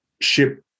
ship